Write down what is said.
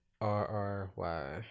R-R-Y